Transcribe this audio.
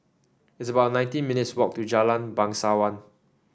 it's about nineteen minutes' walk to Jalan Bangsawan